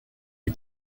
est